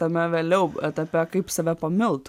tame vėliau etape kaip save pamilt